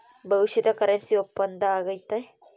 ಭವಿಷ್ಯದ ಕರೆನ್ಸಿ ಒಪ್ಪಂದ ಆಗೈತೆ